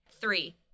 Three